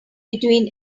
between